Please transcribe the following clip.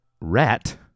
Rat